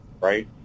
Right